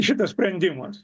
šitas sprendimas